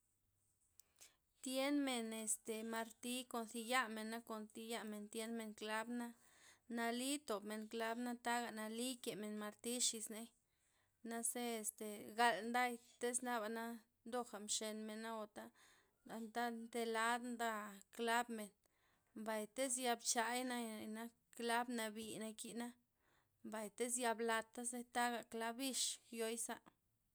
Tyen men este marti kon zi yamen na kon thi yamen tyenmen klab'na, nali tobmen klab'na taga nali kemen marti xis'ney, naze este nn- galdai tiz nabana ndoga mxen'mena o anta delad nda klabmen', mbay tiz ya bchai naya, klab' nabi nakina, mbay tiz ya blata ze taga klab' bix yoiza'.